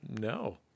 no